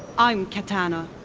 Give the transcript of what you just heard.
i'm katana.